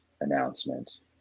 announcement